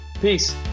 Peace